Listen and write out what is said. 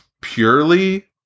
purely